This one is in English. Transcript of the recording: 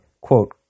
quote